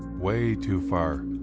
way too far?